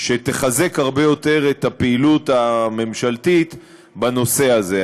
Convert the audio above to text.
שתחזק הרבה יותר את הפעילות הממשלתית בנושא הזה.